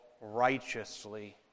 righteously